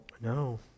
No